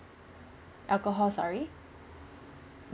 alcohol sorry